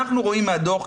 אנחנו רואים מהדו"ח,